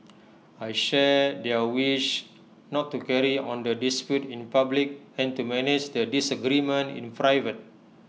I share their wish not to carry on the dispute in public and to manage the disagreement in private